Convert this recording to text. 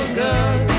good